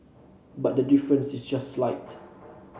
but the difference is just slight